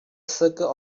circle